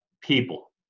people